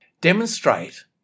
demonstrate